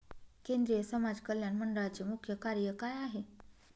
केंद्रिय समाज कल्याण मंडळाचे मुख्य कार्य काय आहे?